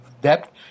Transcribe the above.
depth